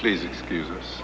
please excuse